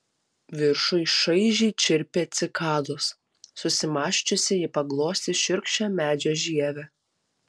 viršuj šaižiai čirpė cikados susimąsčiusi ji paglostė šiurkščią medžio žievę